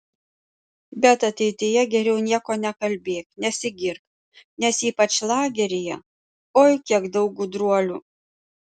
bet ateityje geriau nieko nekalbėk nesigirk nes ypač lageryje oi kiek daug gudruolių